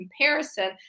comparison